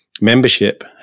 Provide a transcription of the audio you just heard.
Membership